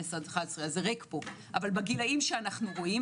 אבל בגילאים שאתם רואים,